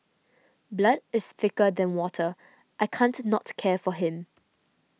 blood is thicker than water I can't not care for him